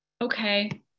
okay